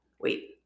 Wait